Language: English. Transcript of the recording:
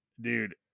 Dude